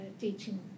teaching